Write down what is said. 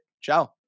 ciao